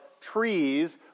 trees